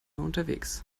unterwegs